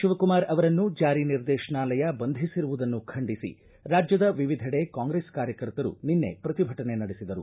ಶಿವಕುಮಾರ್ ಅವರನ್ನು ಜಾರಿ ನಿರ್ದೇಶನಾಲಯ ಬಂಧಿಸಿರುವುದನ್ನು ಖಂಡಿಸ ರಾಜ್ದದ ವಿವಿಧೆಡೆ ಕಾಂಗ್ರೆಸ್ ಕಾರ್ಯಕರ್ತರು ನಿನ್ನೆ ಪ್ರತಿಭಟನೆ ನಡೆಸಿದರು